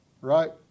right